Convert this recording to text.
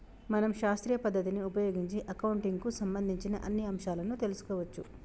మనం శాస్త్రీయ పద్ధతిని ఉపయోగించి అకౌంటింగ్ కు సంబంధించిన అన్ని అంశాలను తెలుసుకోవచ్చు